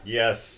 yes